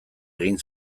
egin